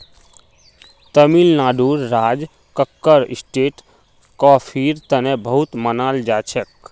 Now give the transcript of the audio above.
तमिलनाडुर राज कक्कर स्टेट कॉफीर तने बहुत मनाल जाछेक